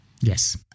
Yes